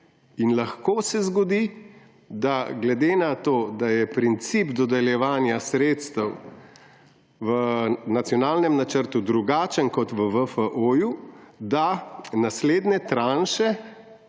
In lahko se zgodi, da glede na to, da je princip dodeljevanja sredstev v Nacionalnem načrtu drugačen kot v VFO, da naslednje tranše,